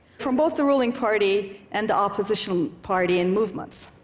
from both the ruling party and the opposition party and movements.